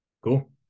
Cool